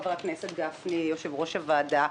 חבר הכנסת גפני יושב-ראש הוועדה,